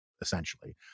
essentially